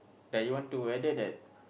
that you want to added that